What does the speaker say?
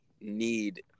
need